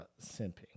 simping